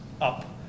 up